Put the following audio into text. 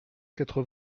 quatre